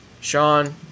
Sean